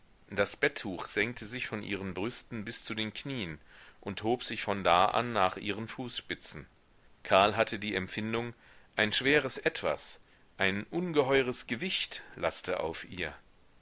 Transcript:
das bettuch senkte sich von ihren brüsten bis zu den knien und hob sich von da an nach ihren fußspitzen karl hatte die empfindung ein schweres etwas ein ungeheures gewicht laste auf ihr